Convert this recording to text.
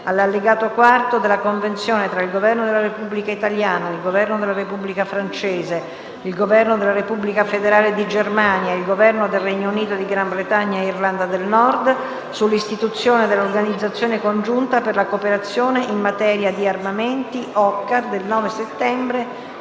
all'Allegato IV della Convenzione tra il Governo della Repubblica italiana, il Governo della Repubblica francese, il Governo della Repubblica federale di Germania ed il Governo del Regno Unito di Gran Bretagna e Irlanda del Nord sull'istituzione dell'Organizzazione congiunta per la cooperazione in materia di armamenti OCCAR del 9 settembre